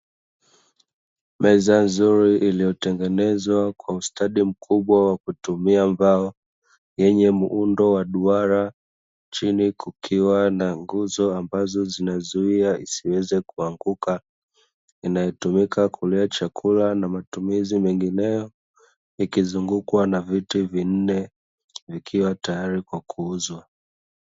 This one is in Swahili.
Meza nzuri iliyotengenezwa kwa ustadi mkubwa wa kutumia mbao, yenye muundo wa duara chini kukiwa na nguzo ambazo inazuia isiweze kuanguka, inayo tumika kulia chakula na matumizi mingineyo ikizungukwa na viti vinne vikiwa tayari kwa kuuzwa.